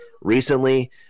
recently